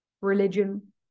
religion